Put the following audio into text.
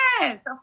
Yes